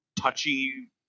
touchy